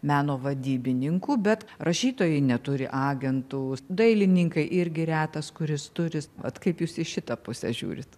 meno vadybininkų bet rašytojai neturi agentų dailininkai irgi retas kuris turi vat kaip jūs į šitą pusę žiūrit